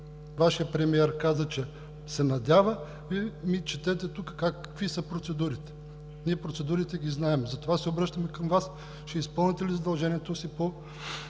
Вашият премиер каза, че се надява, Вие ми четете тук какви са процедурите. Ние процедурите ги знаем и затова се обръщаме към Вас: ще изпълните ли задължението си по чл.